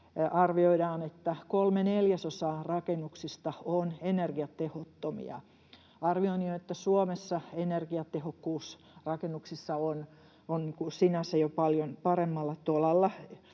arvioidaan, että kolme neljäsosaa rakennuksista on energiatehottomia. Arvioni on, että Suomessa energiatehokkuus rakennuksissa on sinänsä jo paljon paremmalla tolalla,